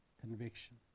conviction